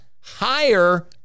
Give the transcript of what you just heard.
higher